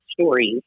stories